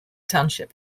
township